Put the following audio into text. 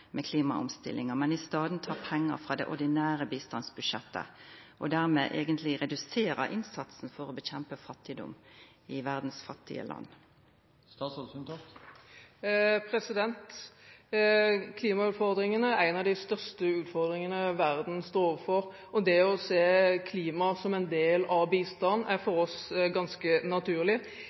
men i staden tek pengar frå det ordinære bistandsbudsjettet og dermed reduserer innsatsen for å motarbeida fattigdom i verdas fattige land? Klimautfordringene er en av de største utfordringene verden står overfor, og det å se klima som en del av bistanden er for oss ganske naturlig.